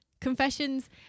Confessions